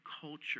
culture